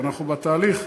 אנחנו בתהליך,